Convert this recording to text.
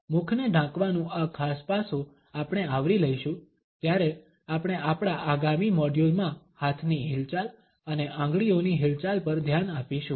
મુખને ઢાંકવાનું આ ખાસ પાસું આપણે આવરી લઈશું જ્યારે આપણે આપણા આગામી મોડ્યુલમાં હાથની હિલચાલ અને આંગળીઓની હિલચાલ પર ધ્યાન આપીશું